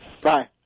Bye